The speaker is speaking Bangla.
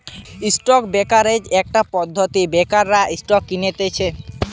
স্টক ব্রোকারেজ একটা পদ্ধতি ব্রোকাররা স্টক কিনতেছে